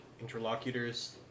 Interlocutors